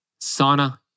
sauna